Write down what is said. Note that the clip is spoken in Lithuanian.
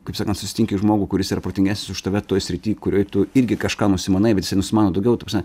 kaip sakant susitinki žmogų kuris yra protingesnis už tave toj srity kurioj tu irgi kažką nusimanai bet jisai nusimano daugiau ta prasme